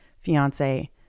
fiance